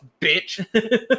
bitch